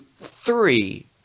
three